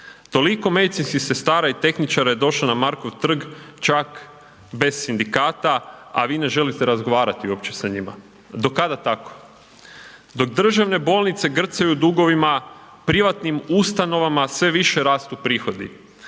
Toliko medicinskih sestara i tehničara je došlo na Markov trg, čak bez sindikata, a vi ne želite razgovarati uopće sa njima. Do kada tako? Dok državne bolnice grcaju u dugovima, privatnim ustanovama sve više rastu prihodi,